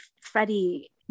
Freddie